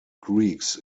greeks